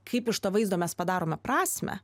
kaip iš to vaizdo mes padarome prasmę